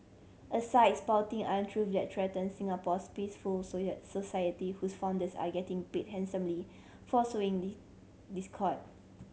a site spouting untruth that threaten Singapore's peaceful society whose founders are getting paid handsomely for sowing discord